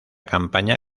campaña